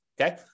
okay